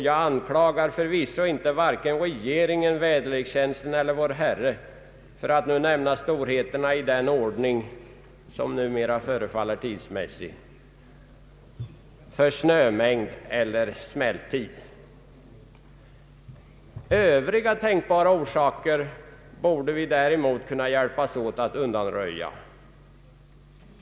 Jag anklagar förvisso inte vare sig regeringen, väder lekstjänsten eller Vår Herre — för att nämna storheterna i den ordning som numera förefaller tidsmässig — för snömängd eller smälttid. Öviga tänkbara orsaker borde vi däremot kunna hjälpas åt att undanröja.